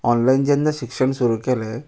online जेन्ना शिक्षण सुरू केलें